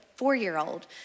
four-year-old